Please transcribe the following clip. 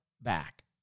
back